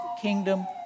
kingdom